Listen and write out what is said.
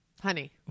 Honey